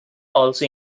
also